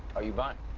are you buying?